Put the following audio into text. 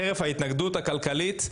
חרף ההתנגדות הכלכלית.